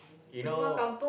you know